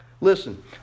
Listen